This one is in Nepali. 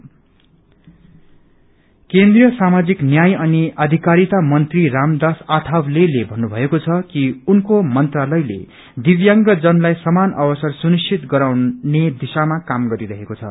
डिसेवल केन्द्रीय सामाजिक न्याय अनि आधिकारिता राज्यमंत्री रामदास आठवले ले भन्नुभएको छ कि उनको मंत्रालयले दिब्यांगजनलाई समान अवसर सुनिश्चित गराउने दिशामा काम गरिरहेको छ